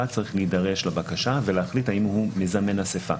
צריך להידרש לבקשה ולהחליט האם הוא מזמן אסיפה